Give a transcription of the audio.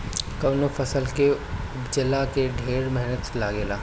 कवनो फसल के उपजला में ढेर मेहनत लागेला